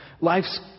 life's